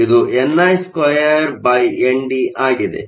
ಇದು ni2ND ಆಗಿದೆ